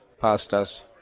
pastors